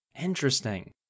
Interesting